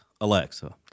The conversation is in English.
Alexa